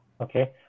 Okay